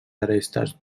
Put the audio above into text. arestes